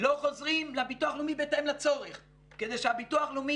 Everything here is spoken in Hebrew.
לא חוזרים לביטוח לאומי בהתאם לצורך כדי שהביטוח לאומי